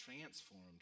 transformed